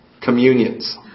communions